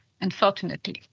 unfortunately